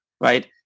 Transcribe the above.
right